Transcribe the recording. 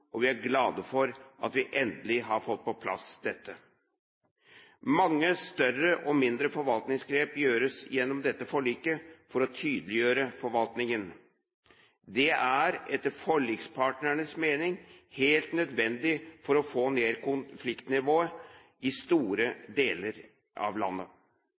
og vi er glad for at vi endelig har fått dette på plass. Mange større og mindre forvaltningsgrep gjøres gjennom dette forliket for å tydeliggjøre forvaltningen. Det er etter forlikspartnernes mening helt nødvendig for å få ned konfliktnivået i store deler av landet.